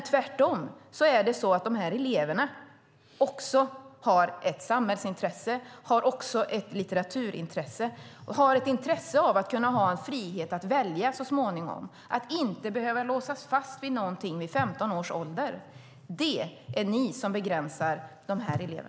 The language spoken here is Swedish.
Tvärtom är det så att dessa elever också har ett samhällsintresse, ett litteraturintresse och ett intresse av att ha frihet att välja så småningom. Man vill inte låsas fast vid någonting vid 15 års ålder. Det är ni som begränsar dessa elever.